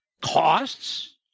costs